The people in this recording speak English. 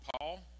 Paul